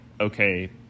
okay